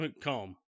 come